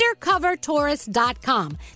UndercoverTourist.com